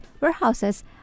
warehouses